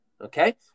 Okay